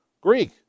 Greek